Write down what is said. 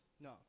No